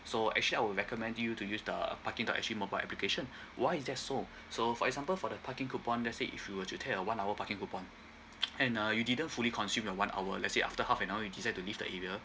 so actually I will recommend you to use the parking dot S G mobile application why is that so so for example for the parking coupon let's say if you were to tear a one hour parking coupon and uh you didn't fully consumed your one hour let's say after half an hour you decide to leave the area